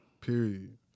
Period